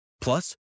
Plus